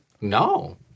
No